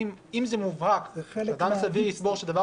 זה מובהק ואדם סביר באמת יסבור שדבר